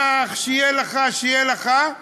קח, שיהיה לך, שיהיה לך,